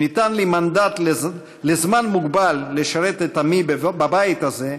שניתן לי מנדט לזמן מוגבל לשרת את עמי בבית הזה,